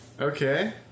Okay